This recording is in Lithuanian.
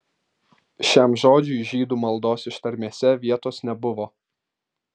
šiam žodžiui žydų maldos ištarmėse vietos nebuvo